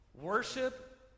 Worship